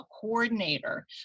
coordinator